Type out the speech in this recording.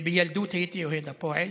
בילדות הייתי אוהד הפועל,